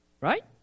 Right